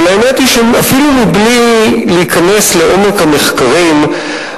אבל האמת היא שאפילו מבלי להיכנס לעומק המחקרים,